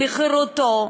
בחירותו,